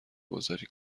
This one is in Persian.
گذاری